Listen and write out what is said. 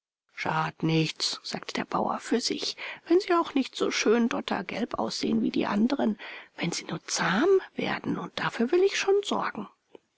schad't nichts sagte der bauer für sich wenn sie auch nicht so schön dottergelb aussehen wie die anderen wenn sie nur zahm werden und dafür will ich schon sorgen